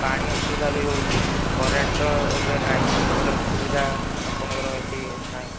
ପାଣି ଅସୁବିଧା ବି ହେଉଛି କରେଣ୍ଟ ତ ଏବେ ନାହିଁ ଇନଭର୍ଟର ସୁବିଧା ଆପଣଙ୍କର ଏହିଠି ନାହିଁ